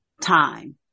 time